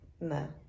no